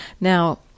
Now